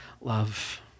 love